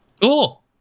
Cool